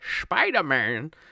Spider-Man